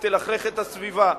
והיא תלכלך את הסביבה.